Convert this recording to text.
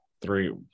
three